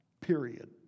Period